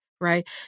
right